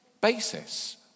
basis